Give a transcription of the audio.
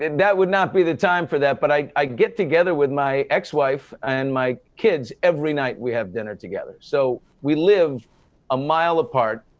and that would not be the time for that, but i i get together with my ex-wife and my kids. every night, we have dinner together. so, we live a mile apart.